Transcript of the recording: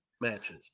matches